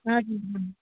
हजुर